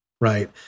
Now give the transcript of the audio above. right